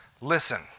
listen